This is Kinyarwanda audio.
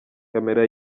camera